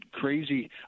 crazy